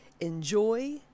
Enjoy